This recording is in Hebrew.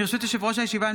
ברשות יושב-ראש הישיבה,